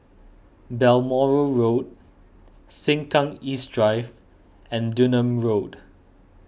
Balmoral Road Sengkang East Drive and Dunearn Road